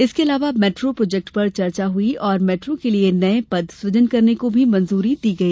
इसके अलावा metro project पर चर्चा हुई और मेट्रो के लिये नये पद सुजन करने को मंजूरी दी गई